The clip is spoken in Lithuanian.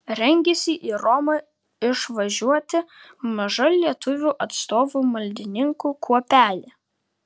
rengiasi į romą išvažiuoti maža lietuvių atstovų maldininkų kuopelė